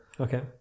Okay